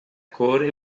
cor